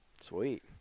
Sweet